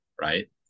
Right